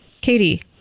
Katie